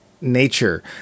nature